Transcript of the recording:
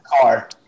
car